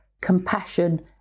compassion